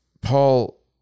Paul